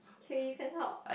kay you can talk